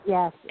Yes